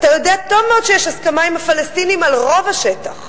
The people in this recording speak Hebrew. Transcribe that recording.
אתה יודע טוב מאוד שיש הסכמה עם הפלסטינים על רוב השטח.